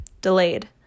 delayed